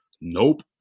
nope